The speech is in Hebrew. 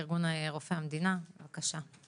ארגון רופאי המדינה, בבקשה.